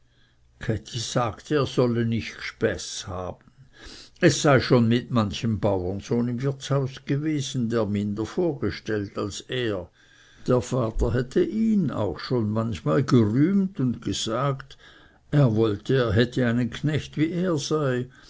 sagte er solle nicht gspäß haben es sei schon mit manchem baurensohn im wirtshause gewesen der minder vorgestellt als er der vater hätte ihn auch schon manchmal gerühmt und gesagt er wollte er hätte einen knecht wie er sei